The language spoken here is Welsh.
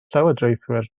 llywodraethwyr